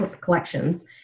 collections